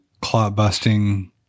clot-busting